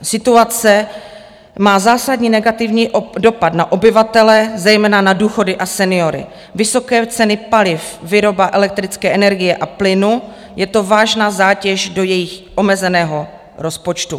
Situace má zásadní negativní dopad na obyvatele, zejména na důchody a seniory vysoké ceny paliv, výroba elektrické energie a plynu je to vážná zátěž do jejich omezeného rozpočtu.